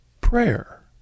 prayer